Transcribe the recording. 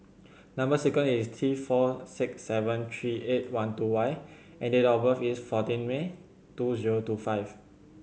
number sequence is T four six seven three eight one two Y and date of birth is fourteen May two zero two five